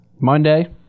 Monday